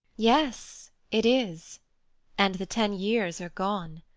yes, it is and the ten years are gone.